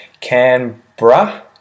Canberra